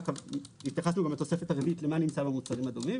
התייחסנו בתוספת הרביעית למה שנמצא במוצרים הדומים